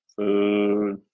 Food